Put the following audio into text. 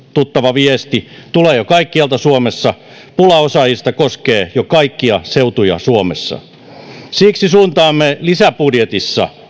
viesti tulee jo kaikkialta suomessa pula osaajista koskee jo kaikkia seutuja suomessa siksi suuntaamme lisäbudjetissa